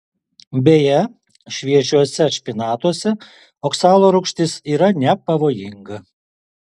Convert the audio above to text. beje šviežiuose špinatuose oksalo rūgštis yra nepavojinga